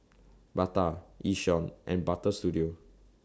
Bata Yishion and Butter Studio